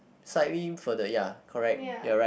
slightly further ya correct you're right